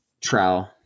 Trowel